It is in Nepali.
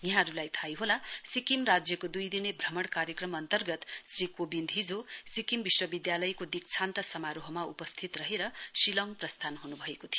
यहाँहरूलाई थाहै होला सिक्किम राज्यको दुइ दिने भ्रमण कार्यक्रम अन्तर्गत श्री कोविन्द हिजो सिक्किम विश्वविद्यालयको दीक्षान्त समारोहमा उपस्थित रहेर शिलङ प्रस्थान हुनुभएको थियो